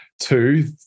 Two